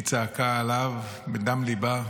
היא צעקה עליו מדם ליבה,